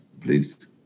Please